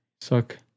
suck